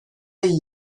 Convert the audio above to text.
iyi